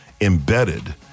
embedded